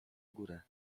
górę